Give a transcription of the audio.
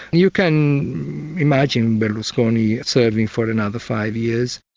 you can imagine berlusconi serving for another five years.